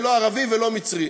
ולא ערבי ולא מצרי.